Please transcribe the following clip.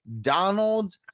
Donald